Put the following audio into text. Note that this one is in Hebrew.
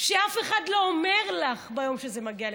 שאף אחד לא אומר לך ביום שזה מגיע לממשלתית.